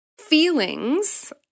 feelings